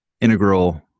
integral